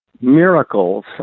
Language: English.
miracles